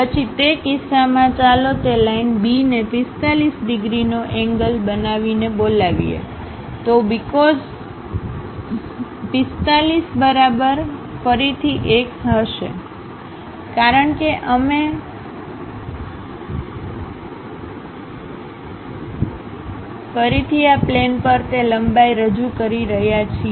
પછી તે કિસ્સામાં ચાલો તે લાઈન B ને 45 ડિગ્રીનો એંગલ બનાવીને બોલાવીએ તો Bcos45 બરાબર ફરીથી x હશે કારણ કે અમે ફરીથી આ પ્લેન પર તે લંબાઈ રજૂ કરી રહ્યા છીએ